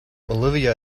olivia